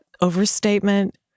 overstatement